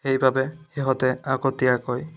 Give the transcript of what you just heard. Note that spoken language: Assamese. সেইবাবে সিহঁতে আগতীয়াকৈ